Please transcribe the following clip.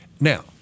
Now